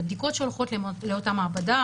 אלה בדיקות שהולכות לאותה מעבדה,